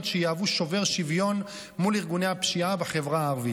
שיהוו שובר שוויון מול ארגוני הפשיעה בחברה הערבית.